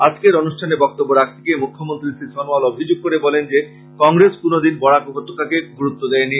আজকের অনুষ্ঠানে বক্তব্য রাখতে মৃখ্যমন্ত্রী শ্রী সনোয়াল অভিযোগ করে বলেন যে কংগ্রেস কোন দিন বরাক উপত্যকাকে গুরুত্ব দেয় নি